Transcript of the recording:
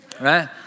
right